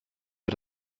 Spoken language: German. wir